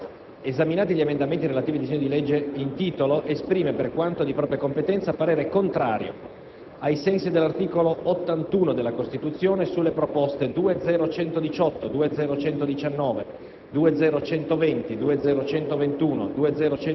«La Commissione programmazione economica, bilancio, esaminati gli emendamenti relativi al disegno di legge in titolo, esprime per quanto di propria competenza, parere contrario, ai sensi dell'articolo 81 della Costituzione, sulle proposte 2.0.118, 2.0.119,